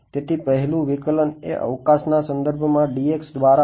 તેથી પહેલું વિકલન એ અવકાશના સંદર્ભ માં dx દ્વારા થશે